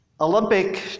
Olympic